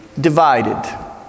divided